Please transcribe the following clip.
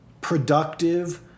productive